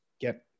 get